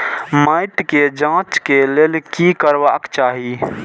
मैट के जांच के लेल कि करबाक चाही?